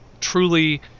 truly